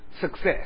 success